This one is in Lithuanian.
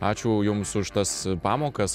ačiū jums už tas pamokas